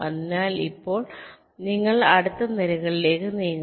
അതിനാൽ ഇപ്പോൾ നിങ്ങൾ അടുത്ത നിരകളിലേക്ക് നീങ്ങുക